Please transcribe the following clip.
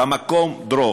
"במקום דרוך".